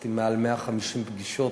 עשיתי למעלה מ-150 פגישות,